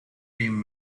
team